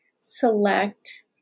select